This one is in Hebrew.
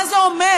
מה זה אומר?